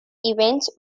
events